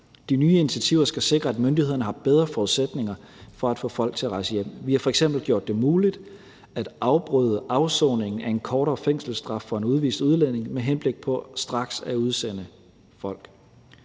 De nye initiativer skal sikre, at myndighederne har bedre forudsætninger for at få folk til at rejse hjem. Vi har f.eks. gjort det muligt at afbryde afsoningen af en kortere fængselsstraf for udviste udlændinge med henblik på straks at udsende folk.